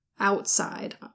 outside